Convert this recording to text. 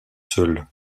seules